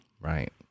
right